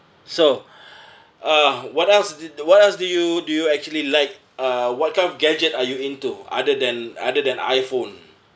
so uh what else d~ d~ what else do you do you actually like uh what kind of gadget are you into other than other than iphone